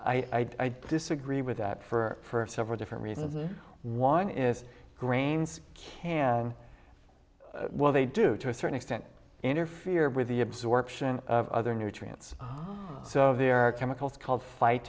i disagree with that for several different reasons this one is grains can well they do to a certain extent interfere with the absorption of other nutrients so there are chemicals called fight